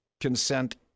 consent